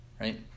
right